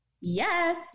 yes